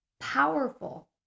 powerful